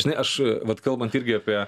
žinai aš vat kalbant irgi apie